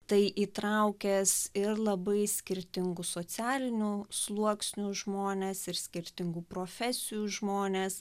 tai įtraukęs ir labai skirtingų socialinių sluoksnių žmones ir skirtingų profesijų žmones